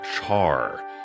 char